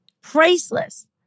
priceless